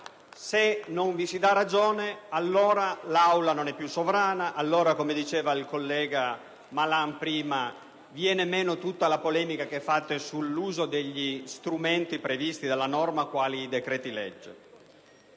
Se non vi si dà ragione, allora l'Aula non è più sovrana e, come diceva prima il collega senatore Malan, viene meno tutta la polemica che fate sull'uso degli strumenti previsti dalla norma, quale i decreti-legge.